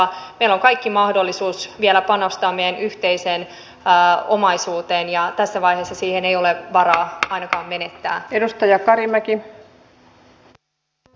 meillä on kaikki mahdollisuus vielä panostaa meidän yhteiseen omaisuuteemme ja tässä vaiheessa sitä ei ole varaa ainakaan menettää